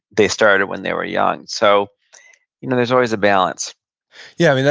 they started when they were young. so you know there's always a balance yeah.